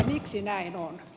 miksi näin on